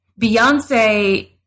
Beyonce